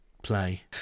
play